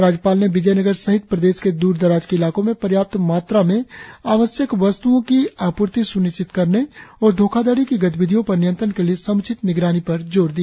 राज्यपाल ने विजोयनगर सहित प्रदेश के द्र दराज के इलाको में पर्याप्त मात्रा में आवश्यक वस्त्ओ की आपूर्ति सु्निश्चित करने और धोखाधड़ी की गतिविधियों पर नियंत्रण के लिए सम्चित निगरानी पर जोर दिया